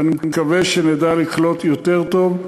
ואני מקווה שנדע לקלוט יותר טוב.